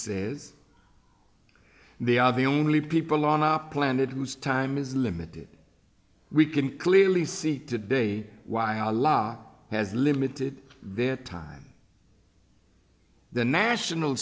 says they are the only people on our planet whose time is limited we can clearly see today why our law has limited their time the national